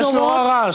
יש נורא רעש,